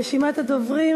רשימת הדוברים,